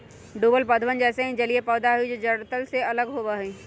डूबल पौधवन वैसे ही जलिय पौधा हई जो जड़ तल से लगल होवा हई